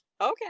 okay